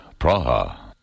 Praha